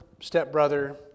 stepbrother